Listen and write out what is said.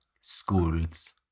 schools